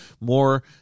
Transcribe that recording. more